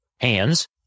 hands